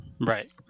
Right